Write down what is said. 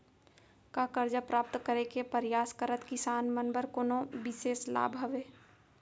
का करजा प्राप्त करे के परयास करत किसान मन बर कोनो बिशेष लाभ हवे?